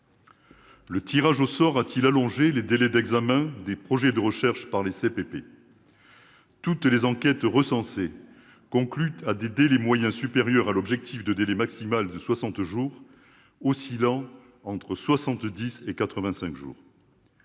Le tirage au sort a-t-il allongé les délais d'examen des projets de recherche par les CPP ? Toutes les enquêtes recensées concluent à des délais moyens supérieurs à l'objectif de délai maximal de 60 jours, oscillant entre 70 et 85 jours.